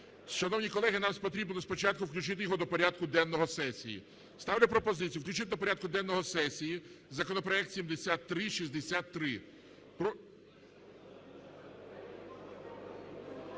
Шановні колеги, нам потрібно спочатку включити його до порядку денного сесії. Ставлю пропозицію включити до порядку денного сесії законопроект 7363.